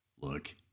Look